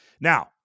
Now